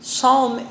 Psalm